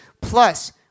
Plus